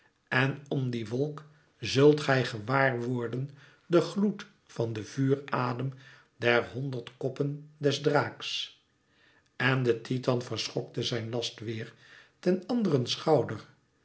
en om die wolk zult gij gewaar worden den gloed van den vuuradem der honderd koppen des draaks en de titan verschokte zijn last weêr ten anderen schouder